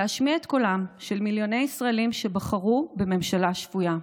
להשמיע את קולם של מיליוני ישראלים שבחרו בממשלה שפויה,